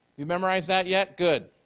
you've memorize that yet? good.